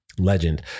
Legend